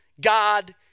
God